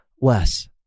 less